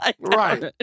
Right